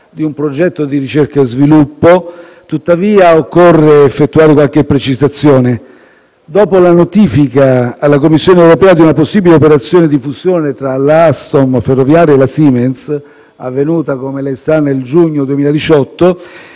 di un progetto di ricerca e sviluppo, tuttavia occorre effettuare qualche precisazione. Dopo la notifica alla Commissione europea di una possibile operazione di fusione tra la Alstom ferroviaria e la Siemens, avvenuta come lei sa nel giugno 2018,